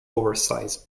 oversized